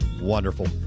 Wonderful